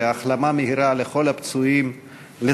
החלמה מהירה לכל הפצועים הרבים,